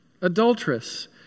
Adulteress